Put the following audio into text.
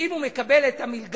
שאם הוא מקבל את המלגה